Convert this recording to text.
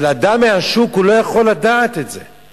אבל אדם מהשוק לא יכול לדעת את זה.